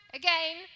again